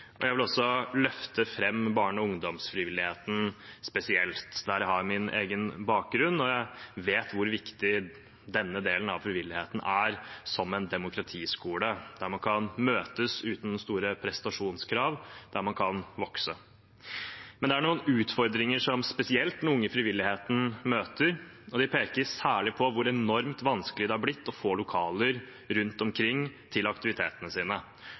Jeg vil løfte fram barne- og ungdomsfrivilligheten spesielt, der jeg har min egen bakgrunn fra. Jeg vet hvor viktig denne delen av frivilligheten er som en demokratiskole, der man kan møtes uten store prestasjonskrav, der man kan vokse. Men det er noen utfordringer som spesielt den unge frivilligheten møter, og de peker særlig på hvor enormt vanskelig det har blitt å få lokaler rundt omkring til aktivitetene sine.